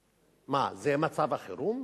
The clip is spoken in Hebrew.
מה, זה מצב החירום?